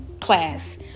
class